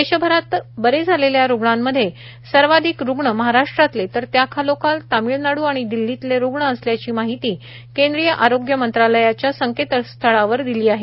देशभरात बरे झालेल्या रुग्णांमधे सर्वाधिक रुग्ण महाराष्ट्रातले तर त्याखालोखाल तामिळनाडू आणि दिल्लीतले रुग्ण असल्याची माहिती केंद्रीय आरोग्य मंत्रालयाच्या संकेत स्थळावर दिली आहे